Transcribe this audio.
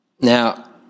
Now